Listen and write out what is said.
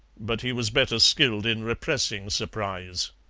but he was better skilled in repressing surprise.